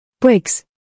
Briggs